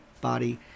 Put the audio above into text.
body